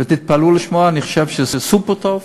תתפלאו לשמוע, אני חושב שהוא סופר-טוב,